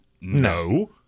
no